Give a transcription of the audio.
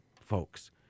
folks